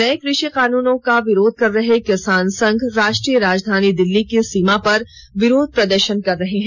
नए कृषि कानूनों का विरोध कर रहे किसान संघ राष्ट्रीय राजधानी दिल्ली की सीमा पर विरोध प्रदर्शन कर रहे हैं